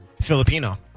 Filipino